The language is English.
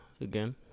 again